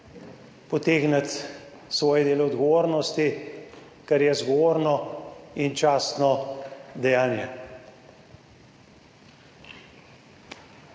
potegniti svoje dele odgovornosti, kar je zgovorno in častno dejanje.